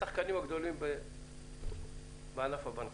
השחקנים הגדולים בענף הבנקאות,